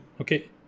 okay